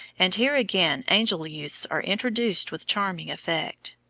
and here again angel-youths are introduced with charming effect.